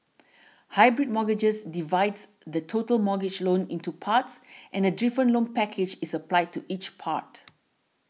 hybrid mortgages divides the total mortgage loan into parts and a different loan package is applied to each part